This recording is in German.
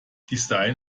design